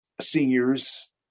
seniors